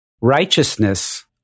Righteousness